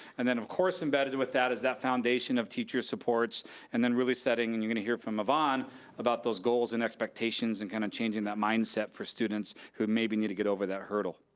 and then of course embedded with that, is that foundation of teacher supports and then really setting, and you're gonna hear from evonne about those goals and expectations and kind of changing that mindset for students who maybe need to get over that hurdle.